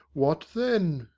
what then?